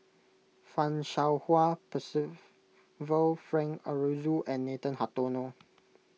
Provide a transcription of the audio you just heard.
Fan Shao Hua Percival Frank Aroozoo and Nathan Hartono